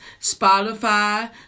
Spotify